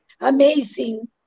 amazing